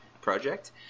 project